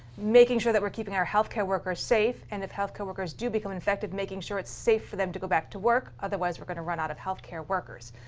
making sure that we're keeping our health care workers safe, and if health care workers do become infected, making sure it's safe for them to go back to work. otherwise, we're going to run out of health care workers.